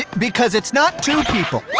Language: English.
because it's not two people.